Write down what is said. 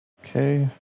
Okay